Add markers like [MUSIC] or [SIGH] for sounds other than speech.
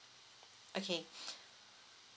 okay [BREATH]